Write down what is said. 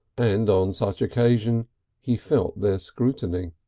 and on such occasions he felt their scrutiny.